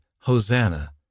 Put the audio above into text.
Hosanna